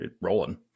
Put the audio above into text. rolling